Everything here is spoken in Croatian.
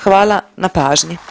Hvala na pažnji.